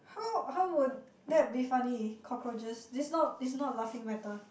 how how would that be funny cockroaches it's not it's not laughing matter